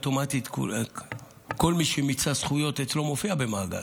אוטומטית כל מי שמיצה זכויות אצלו מופיע במאגר.